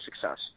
success